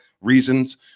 reasons